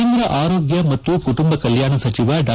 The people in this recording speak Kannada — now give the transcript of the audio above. ಕೇಂದ್ರ ಆರೋಗ್ಣ ಮತ್ತು ಕುಟುಂಬ ಕಲ್ಚಾಣ ಸಚಿವ ಡಾ